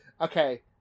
Okay